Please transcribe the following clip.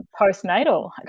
postnatal